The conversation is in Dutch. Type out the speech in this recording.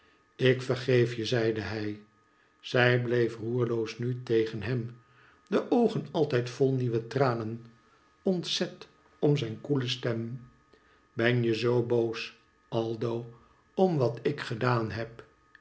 ik vergeef je zeide hij zij bleef roerloos nu tegen hem de oogen altijd vol nieuwe tranen ontzet om zijn koele stem ben je zoo boos aldo om wat ik gedaan heb